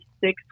six